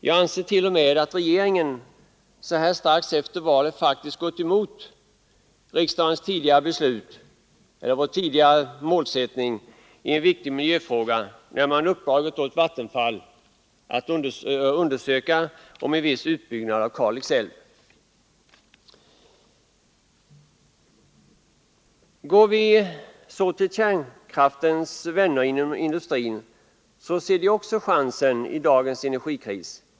Jag anser t.o.m. att regeringen så här strax efter valet faktiskt gått emot riksdagens tidigare målsättning i en viktig miljöfråga när man uppdragit åt Vattenfall att undersöka frågan om en viss utbyggnad av Kalix älv. Går vi därefter till kärnkraftens vänner inom industrin, så ser de också chansen i dagens energikris.